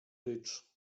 rycz